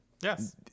yes